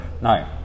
no